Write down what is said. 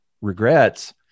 regrets